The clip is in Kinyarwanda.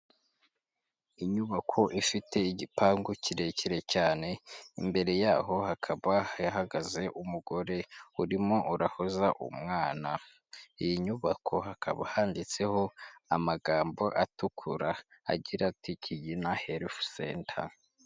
Inyubako ifite igipangu kirekire cyane imbere yaho hakaba hahagaze umugore urimo urahoza umwana, iyi nyubako hakaba handitseho amagambo atukura agira ati Kigina helifu senta.